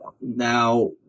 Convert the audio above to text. now